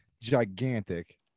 gigantic